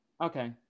Okay